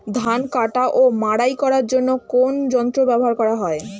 ধান কাটা ও মাড়াই করার জন্য কোন যন্ত্র ব্যবহার করা হয়?